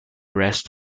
rest